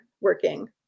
working